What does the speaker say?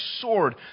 sword